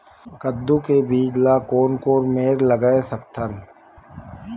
कददू के बीज ला कोन कोन मेर लगय सकथन?